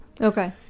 Okay